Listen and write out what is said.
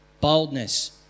boldness